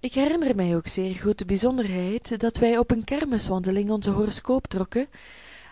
ik herinner mij ook zeer goed de bijzonderheid dat wij op een kermiswandeling onzen horoscoop trokken